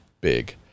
big